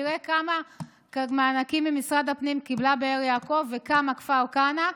ותראה כמה מענקים ממשרד הפנים קיבלה באר יעקב וכמה כפר כנא,